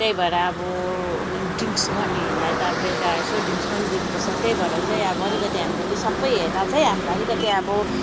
त्यही भएर अब ड्रिङ्ग्स गर्नेहरूलाई त अब बेलुका यसो ड्रिङ्ग्स पनि दिनुपर्छ त्यही भएर चाहिँ अब अलिकति हामीलाई त्यो सबै हेर्दा चाहिँ हामीलाई अलिकति अब